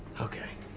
okay,